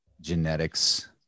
genetics